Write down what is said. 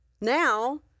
Now